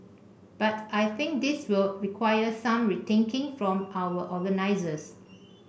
but I think this will require some rethinking from our organisers